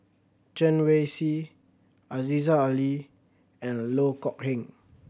Chen Wen Hsi Aziza Ali and Loh Kok Heng